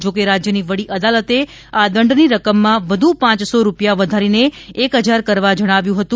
જો કે રાજ્યની વડી અદાલતે આ દંડની રકમમાં વધુ પાંચસો રૂપિયા વધારીને એક હજાર કરવા જણાવ્યું હતું